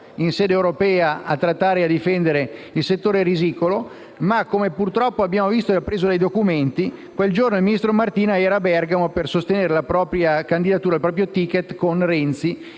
in sede europea a trattare e difendere il settore risicolo, ma - come purtroppo abbiamo visto e appreso dai documenti - a Bergamo, per sostenere la propria candidatura e il proprio *ticket* con Renzi,